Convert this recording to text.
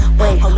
wait